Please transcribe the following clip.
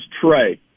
Trey